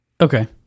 okay